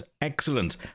excellent